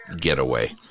getaway